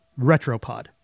Retropod